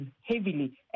heavily